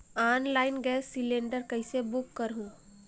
Online gas cylinder कइसे book करहु?